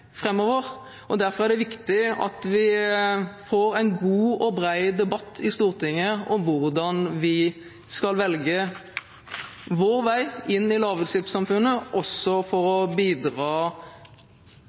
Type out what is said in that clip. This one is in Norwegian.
Derfor er det viktig at vi får en god og bred debatt i Stortinget om hvilken vei vi skal velge inn i lavutslippssamfunnet, også for å